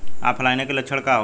ऑफलाइनके लक्षण का होखे?